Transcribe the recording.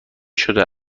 شده